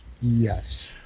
yes